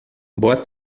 boa